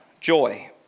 joy